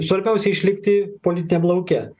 svarbiausia išlikti politiniam lauke